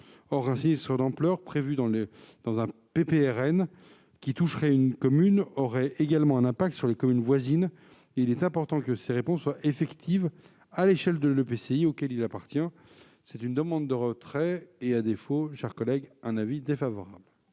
Or un sinistre d'ampleur prévu dans un PPRN qui toucherait une commune aurait également un impact sur les communes voisines, et il est important que ces réponses soient effectives à l'échelle de l'EPCI auquel elle appartient. C'est pourquoi nous demandons le retrait de cet amendement ; à défaut, l'avis sera défavorable.